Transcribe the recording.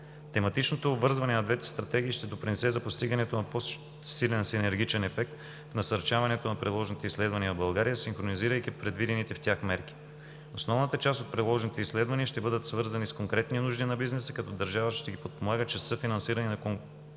Тематичното обвързване на двете стратегии ще допринесе за постигането на по-силен синергичен ефект в насърчаването на приложните изследвания в България, синхронизирайки предвидените в тях мерки. Основната част от приложните изследвания ще бъдат свързани с конкретни нужди на бизнеса, като държавата ще ги подпомага чрез съфинансиране на конкурсен